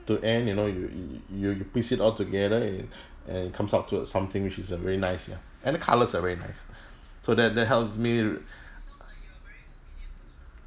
to end you know you you you you piece it altogether and and it comes out to something which is uh very nice ya and the colours are very nice so that that helps me re~